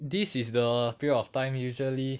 this is the period of time usually